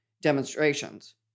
demonstrations